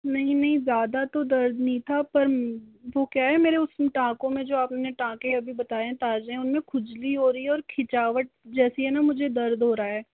नहीं नहीं ज़्यादा तो दर्द नहीं था पर वो क्या है मेरे उस टाँकों में जो आपने टाँकें आपने बताएं है अभी ताज़े है उन में खुजली हो रही है और खिंचावट जैसी है ना मुझे दर्द हो रहा है